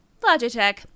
Logitech